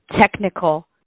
technical